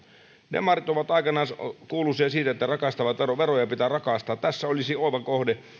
demarit olivat aikanaan kuuluisia siitä että veroja pitää rakastaa tässä olisi oiva kohde